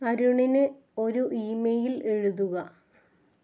അരുണിന് ഒരു ഇമെയിൽ എഴുതുക